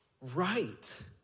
right